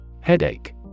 Headache